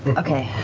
okay.